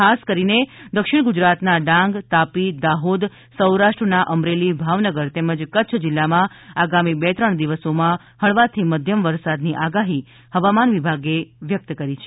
ખાસ કરીને દક્ષિણ ગુજરાતનાં ડાંગ તાપી દાહોદ સૌરાષ્ટ્રના અમરેલી ભાવનગર તેમજ કચ્છ જીલ્લામાં આગામી બે ત્રણ દિવસોમાં હળવાથી મધ્યમ વરસાદની આગાહી હવામાન વિભાગે કરી છે